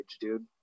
dude